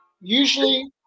usually –